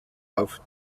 auf